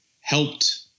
helped